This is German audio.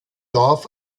dorf